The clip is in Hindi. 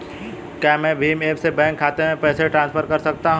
क्या मैं भीम ऐप से बैंक खाते में पैसे ट्रांसफर कर सकता हूँ?